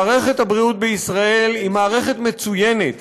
מערכת הבריאות בישראל היא מערכת מצוינת,